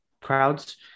crowds